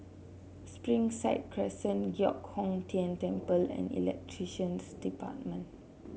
Springside Crescent Giok Hong Tian Temple and Elections Department